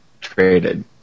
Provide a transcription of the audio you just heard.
traded